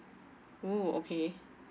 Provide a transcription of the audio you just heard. oh okay